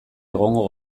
egongo